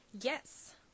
Yes